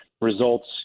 results